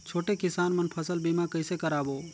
छोटे किसान मन फसल बीमा कइसे कराबो?